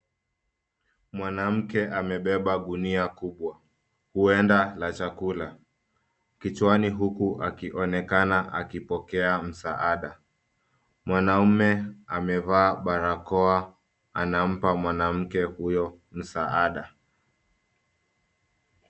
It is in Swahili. Mwanamke amebeba gunia kubwa, huenda la chakula. Kichwani huku akionekana akipokea msaada. Mwanaume amevaa barakoa anampa mwanamke huyo msaada.